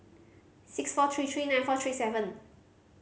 six four three three nine four three seven